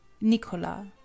Nicola